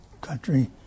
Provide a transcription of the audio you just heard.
country